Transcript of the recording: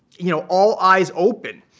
you know, all eyes open.